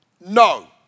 No